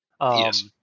Yes